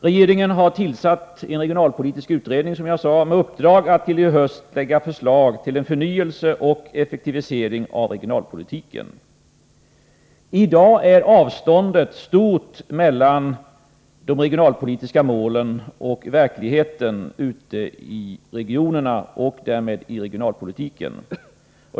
Regeringen har tillsatt en regionalpolitisk utredning, med uppdrag att till hösten lägga fram förslag om en förnyelse och effektivisering av regionalpolitiken. I dag är avståndet stort mellan de regionalpolitiska målen och verkligheten ute i regionerna. Detta påverkar den praktiska regionalpolitiken.